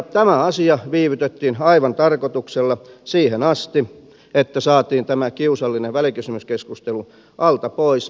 tämä asia viivytettiin aivan tarkoituksella siihen asti että saatiin tämä kiusallinen välikysymyskeskustelu alta pois